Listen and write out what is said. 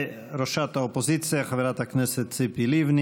למה לא באת לוועדת הכספים להצביע על כספים להתנחלויות?